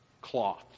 cloth